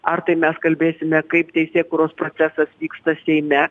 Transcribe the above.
ar tai mes kalbėsime kaip teisėkūros procesas vyksta seime